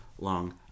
long